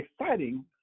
exciting